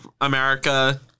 America